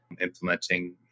implementing